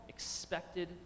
Expected